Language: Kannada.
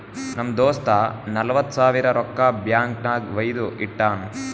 ನಮ್ ದೋಸ್ತ ನಲ್ವತ್ ಸಾವಿರ ರೊಕ್ಕಾ ಬ್ಯಾಂಕ್ ನಾಗ್ ವೈದು ಇಟ್ಟಾನ್